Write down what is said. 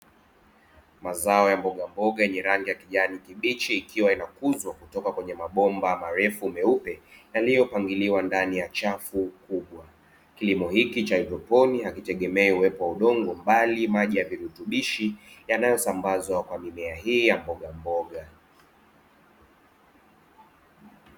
Mazao ya mbogamboga yenye rangi ya kijani kibichi ikiwa inakuzwa, kutoka kwenye mabomba marefu meupe yaliyopangiliwa ndani ya chafu kubwa, kilimo hiki cha haidroponi hakitegemei uwepo wa udongo, bali maji ya virutubishi yanayosambazwa kwa mimea hii ya mbogamboga.